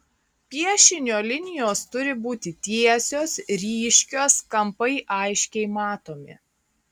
piešinio linijos turi būti tiesios ryškios kampai aiškiai matomi